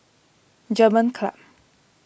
German Club